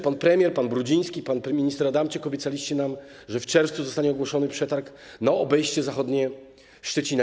Pan premier, pan Brudziński, pan minister Adamczyk obiecali nam, że w czerwcu zostanie ogłoszony przetarg na obejście zachodnie Szczecina.